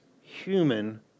human